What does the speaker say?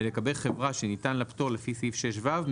ולגבי חברה שניתן לה פטור לפי סעיף 6ו,